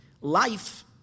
life